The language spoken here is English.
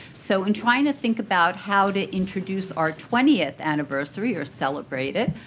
so in trying to think about how to introduce our twentieth anniversary, or celebrate it,